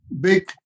Big